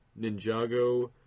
Ninjago